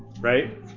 Right